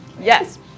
Yes